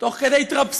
תוך כדי התרפסות